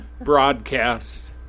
broadcast